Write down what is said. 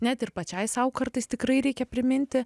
net ir pačiai sau kartais tikrai reikia priminti